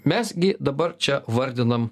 mes gi dabar čia vardinam